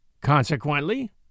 Consequently